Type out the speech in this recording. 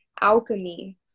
alchemy